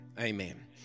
amen